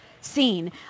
seen